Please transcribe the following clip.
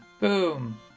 Boom